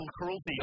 cruelty